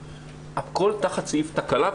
הכול תחת סעיף תקלה,